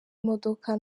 imodoka